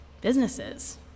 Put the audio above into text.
businesses